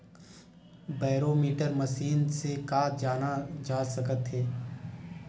Barometer machine से का जाना जा सकत हे?